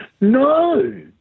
No